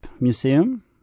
Museum